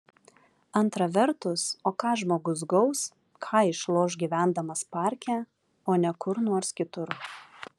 antra vertus o ką žmogus gaus ką išloš gyvendamas parke o ne kur nors kitur